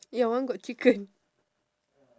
your one got chicken